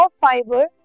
fiber